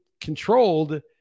controlled